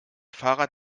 fahrrad